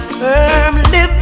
firmly